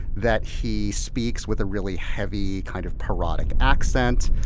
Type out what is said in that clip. that he speaks with a really heavy, kind of parodic accent.